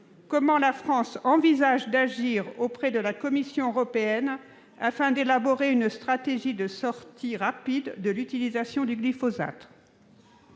comment la France envisage-t-elle d'agir auprès de la Commission européenne afin d'élaborer une stratégie de sortie rapide de l'utilisation du glyphosate ?